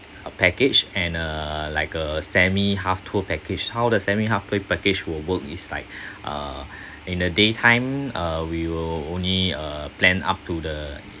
a package and uh like a semi half tour package how the family half tour package will work is like uh in the daytime uh we will only uh plan up to the